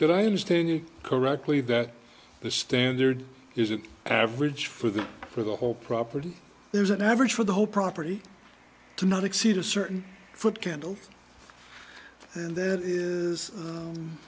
good i understand you correctly that the standard is an average for the for the whole property there's an average for the whole property to not exceed a certain foot candles and there is